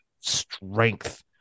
strength